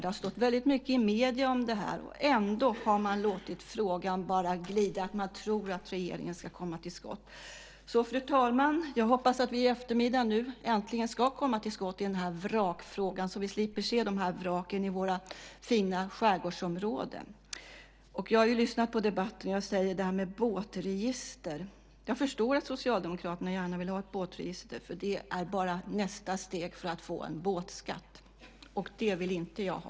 Det har stått väldigt mycket i medierna om det. Ändå har man låtit frågan bara glida med att säga att man tror att regeringen ska komma till skott. Fru talman! Jag hoppas att vi nu i eftermiddag äntligen ska komma till skott i denna vrakfråga, så att vi slipper se de här vraken i våra fina skärgårdsområden. Jag har lyssnat på debatten, och jag ska säga ett par ord om båtregister. Jag förstår att Socialdemokraterna gärna vill ha ett båtregister. Det är bara ett nästa steg för att få en båtskatt, och det vill inte jag ha.